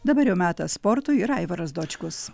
dabar jau metas sportui ir aivaras dočkus